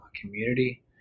community